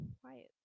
quiet